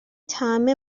طعنه